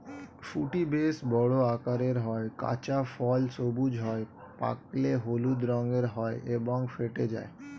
ফুটি বেশ বড় আকারের হয়, কাঁচা ফল সবুজ হয়, পাকলে হলুদ রঙের হয় এবং ফেটে যায়